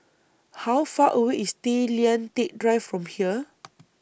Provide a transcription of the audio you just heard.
How Far away IS Tay Lian Teck Drive from here